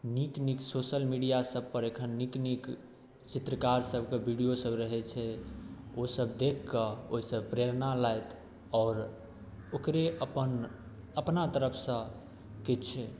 नीक नीक social media सभपर एखन नीक नीक चित्रकार सभकऽ वीडियो सभ रहै छै ओ सभ देखिकऽ ओइसँ प्रेरणा लैथ आओर ओकरे अपन अपना तरफसँ किछु